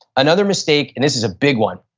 another mistake, and this is a big one,